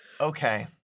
Okay